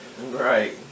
Right